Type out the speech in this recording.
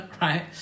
right